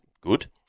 Good